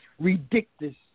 ridiculous